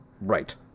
Right